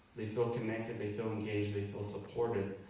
they feel connected, they feel engaged, they feel supported,